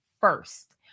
first